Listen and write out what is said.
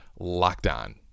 LOCKEDON